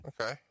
Okay